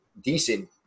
decent